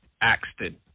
Axton